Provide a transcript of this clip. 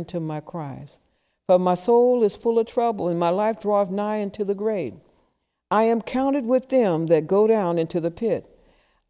am to my cries but my soul is full of trouble in my life drive nigh into the grade i am counted with them that go down into the pit